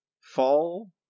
fall